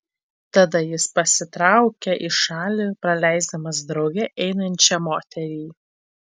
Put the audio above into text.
tada jis pasitraukia į šalį praleisdamas drauge einančią moterį